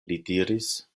diris